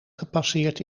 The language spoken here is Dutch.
gepasseerd